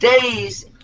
days